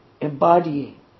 embodying